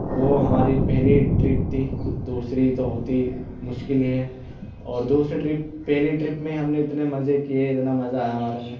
وہ ہماری پہلی ٹرپ تھی دوسری تو ہوتی مشکل ہی ہے اور دوسری ٹرپ پہلی ٹرپ میں ہم نے اتنے مزے کیے اتنا مزہ آیا ہمارے میں